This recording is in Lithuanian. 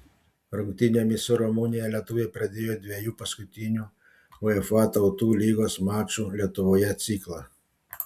rungtynėmis su rumunija lietuviai pradėjo dviejų paskutinių uefa tautų lygos mačų lietuvoje ciklą